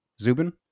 Zubin